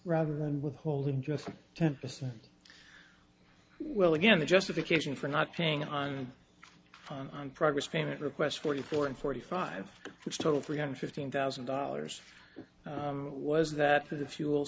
rather than withholding just ten percent well again the justification for not paying on on progress payment requests forty four and forty five which total three hundred fifteen thousand dollars was that for the fuel